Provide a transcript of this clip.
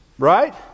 Right